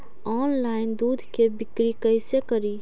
Online दुध के बिक्री कैसे करि?